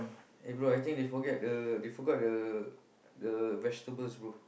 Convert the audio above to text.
eh bro I think they forget the they forgot the the vegetables bro